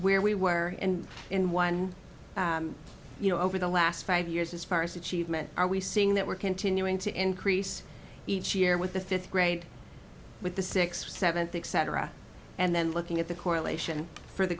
where we were and in one you know over the last five years as far as achievement are we seeing that we're continuing to increase each year with the fifth grade with the sixth seventh think cetera and then looking at the correlation for the